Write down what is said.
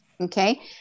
Okay